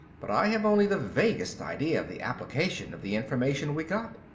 but i have only the vaguest idea of the application of the information we got.